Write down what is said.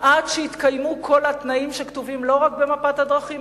עד שיתקיימו כל התנאים שכתובים לא רק במפת הדרכים,